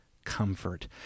comfort